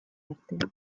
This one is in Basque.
artean